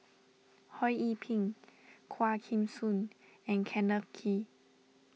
Ho Yee Ping Quah Kim Song and Kenneth Kee